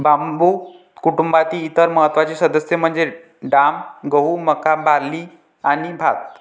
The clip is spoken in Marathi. बांबू कुटुंबातील इतर महत्त्वाचे सदस्य म्हणजे डाब, गहू, मका, बार्ली आणि भात